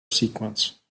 sequence